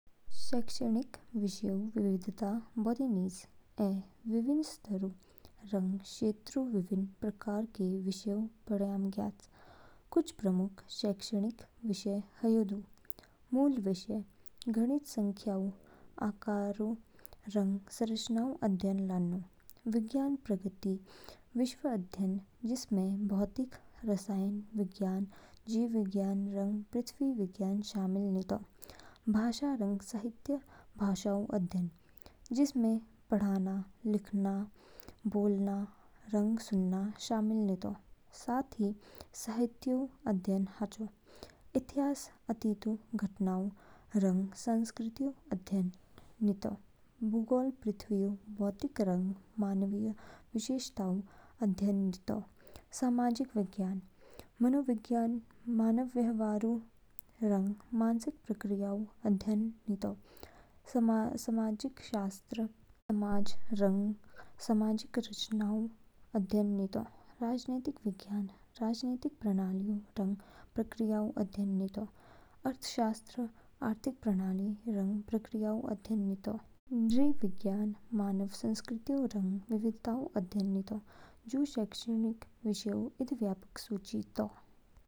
शैक्षणिक विषयऊ विविधता बोदी निज, ऐ विभिन्न स्तरों रंग क्षेत्रों विभिन्न प्रकार के विषयऊ पढ़ायाम ज्ञयाच कुछ प्रमुख शैक्षणिक विषय ह्यू दू। मूल विषय। गणित संख्याओं, आकारों रंग संरचनाओं अध्ययन लानो। विज्ञान प्राकृतिक विश्व अध्ययन, जिसमें भौतिकी, रसायन विज्ञान, जीव विज्ञान रंग पृथ्वी विज्ञान शामिल नितो। भाषा रंग साहित्य भाषाऊ अध्ययन, जिसमें पढ़ना, लिखना, बोलना रंग सुनना शामिल नितो, साथ ही साहित्यऊ अध्ययन हाचो। इतिहासअतीतऊ घटनाऊ रंग संस्कृतियों अध्ययन नितो। भूगोल पृथ्वीऊ भौतिक रंग मानवीय विशेषताऊ अध्ययन नितो। सामाजिक विज्ञान। मनोविज्ञान मानवव्यवहारऊ रंग मानसिक प्रक्रियाऊ अध्ययन नितो। समाजशास्त्र समाज रंग सामाजिक संरचनाऊ अध्ययन नितो। राजनीति विज्ञान राजनीतिक प्रणालिऊ रंग प्रक्रियाऊअध्ययन नितो। अर्थशास्त्र आर्थिक प्रणालिऊ रंग प्रक्रियाऊ अध्ययन नितो। नृविज्ञान मानव संस्कृतिऊ रंग विविधताऊ अध्ययन नितो। जू शैक्षणिक विषयों इद व्यापक सूची तौ।